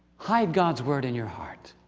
hide god's word in your heart,